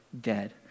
dead